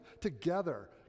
together